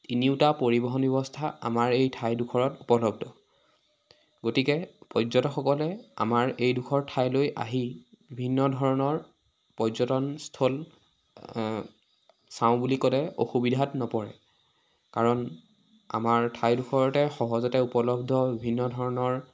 তিনিওটা পৰিৱহণ ব্যৱস্থা আমাৰ এই ঠাইডোখৰত উপলব্ধ গতিকে পৰ্যটকসকলে আমাৰ এইডোখৰ ঠাইলৈ আহি বিভিন্ন ধৰণৰ পৰ্যটনস্থল চাওঁ বুলি ক'লে অসুবিধাত নপৰে কাৰণ আমাৰ ঠাইডোখৰতে সহজতে উপলব্ধ বিভিন্ন ধৰণৰ